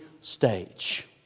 stage